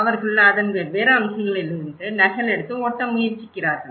அவர்கள் அதன் வெவ்வேறு அம்சங்களிலிருந்து நகலெடுத்து ஒட்ட முயற்சிக்கிறார்கள்